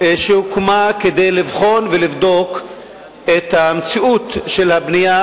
שהוקמה כדי לבחון ולבדוק את המציאות של הבנייה